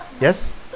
Yes